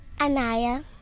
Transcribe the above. Anaya